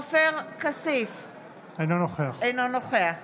אינו נוכח